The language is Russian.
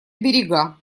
берега